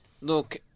Look